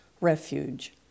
Refuge